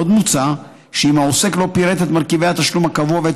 עוד מוצע שאם העוסק לא פירט את מרכיבי התשלום הקבוע ואת